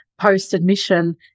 post-admission